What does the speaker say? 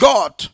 God